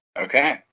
Okay